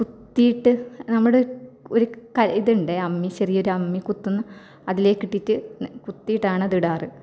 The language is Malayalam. കുത്തിയിട്ട് നമ്മുടെ ഒര് ക ഇത് ഉണ്ടേ അമ്മി ചെറിയോര് അമ്മി കുത്തുന്ന അതിലേക്കിട്ടിട്ട് കുത്തിയിട്ടാണ് അത് ഇടാറ്